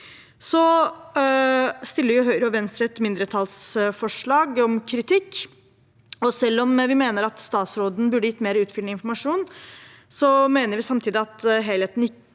som mulig. Høyre og Venstre fremmer et mindretallsforslag om kritikk. Selv om vi mener statsråden burde gitt mer utfyllende informasjon, mener vi samtidig at helheten i